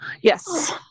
yes